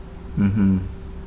mmhmm